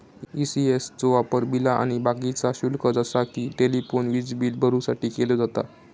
ECS चो वापर बिला आणि बाकीचा शुल्क जसा कि टेलिफोन, वीजबील भरुसाठी केलो जाता